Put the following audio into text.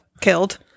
killed